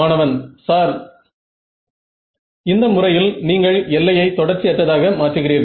மாணவன் சார் இந்த முறையில் நீங்கள் Refer Time 1014 எல்லையை தொடர்ச்சி அற்றதாக மாற்றுகிறீர்கள்